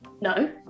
no